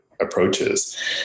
approaches